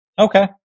Okay